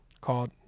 called